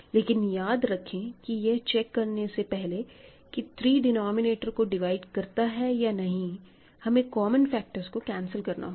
लेकिन याद रखें कि यह चेक करने से पहले कि 3 डिनोमिनेटर को डिवाइड करता है कि नहीं हमें कॉमन फैक्टर्स को कैंसिल करना होगा